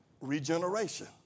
Regeneration